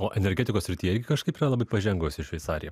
o energetikos srityje irgi kažkaip yra labai pažengusi šveicarija